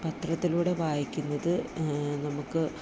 പത്രത്തിലൂടെ വായിക്കുന്നത് നമുക്ക്